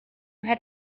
had